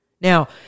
Now